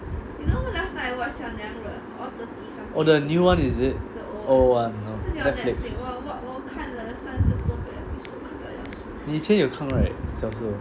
oh the new [one] is it old [one] Netflix 你以前有看 right 小时候